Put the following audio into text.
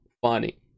funny